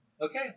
Okay